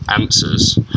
answers